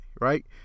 right